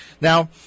Now